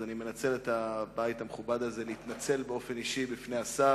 אני מנצל את הבית המכובד הזה להתנצל באופן אישי בפני השר.